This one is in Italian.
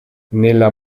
nella